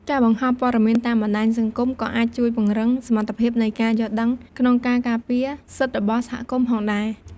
ការបង្ហោះព័ត៌មានតាមបណ្តាញសង្គមក៏អាចជួយពង្រឹងសមត្ថភាពនៃការយល់ដឹងក្នុងការការពារសិទ្ធិរបស់សហគមន៍ផងដែរ។